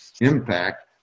impact